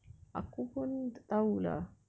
aku pun tak tahu lah